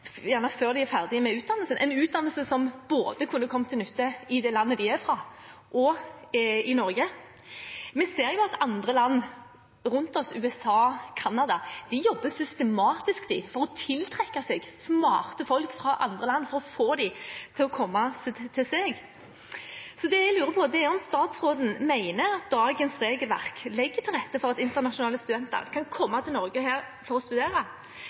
gjerne før de er ferdige med utdannelsen, en utdannelse som kunne kommet til nytte både i det landet de er fra og i Norge. Vi ser at andre land rundt oss, USA og Canada, jobber systematisk for å tiltrekke seg smarte folk fra andre land for å få dem til å komme til seg. Jeg lurer på om statsråden mener at dagens regelverk legger til rette for at internasjonale studenter kan komme til Norge for å studere.